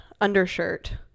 undershirt